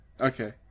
Okay